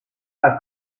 las